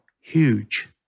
huge